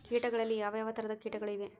ಕೇಟಗಳಲ್ಲಿ ಯಾವ ಯಾವ ತರಹದ ಕೇಟಗಳು ಇವೆ?